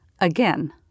Again